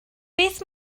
beth